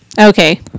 okay